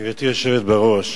גברתי היושבת בראש,